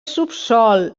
subsòl